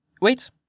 Wait